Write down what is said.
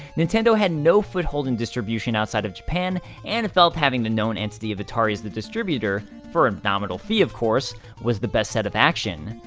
nintendo had no foothold in distribution outside of japan, and felt having the known entity of atari as the distributor for a nominal fee, of course was the best set of action.